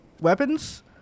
weapons